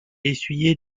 essuyé